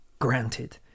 granted